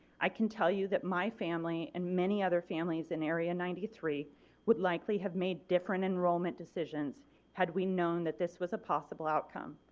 i can tell you that my family and many other families in area ninety three would likely have made different enrollment decisions had we know that this was a possible outcome.